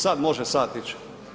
Sada može sat ići.